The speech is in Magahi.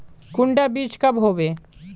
कुंडा बीज कब होबे?